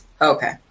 Okay